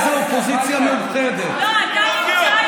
לא, אתה נמצא,